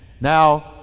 Now